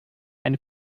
eine